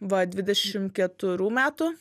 va dvidešimt keturių metų